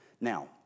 Now